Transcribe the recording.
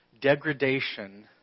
degradation